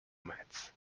mats